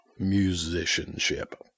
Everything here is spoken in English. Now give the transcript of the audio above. musicianship